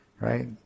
Right